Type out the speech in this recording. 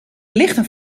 lichten